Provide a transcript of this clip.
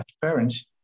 parents